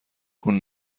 اون